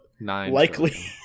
likely